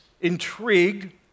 intrigued